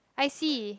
I see